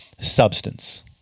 substance